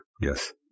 yes